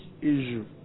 issue